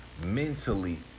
mentally